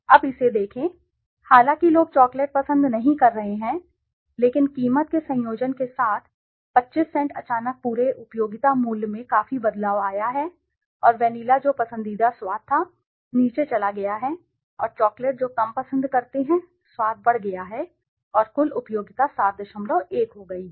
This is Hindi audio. अब इसे देखें हालांकि लोग चॉकलेट पसंद नहीं कर रहे हैं लेकिन कीमत के संयोजन के साथ कि 25 सेंट अचानक पूरे उपयोगिता मूल्य में काफी बदलाव आया है और वेनिला जो पसंदीदा स्वाद था नीचे चला गया है और चॉकलेट जो कम पसंद करते हैं स्वाद बढ़ गया है और कुल उपयोगिता 71 हो गई है